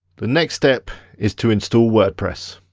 the next step is to instal wordpress.